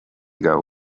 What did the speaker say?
ago